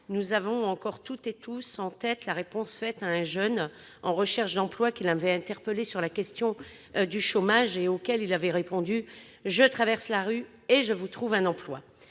nous avons encore toutes et tous en tête la réponse faite à un jeune en recherche d'emploi qui l'avait interpellé sur la question du chômage et auquel il avait répondu :« Je traverse la rue et je vous trouve un emploi »